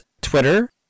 Twitter